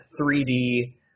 3D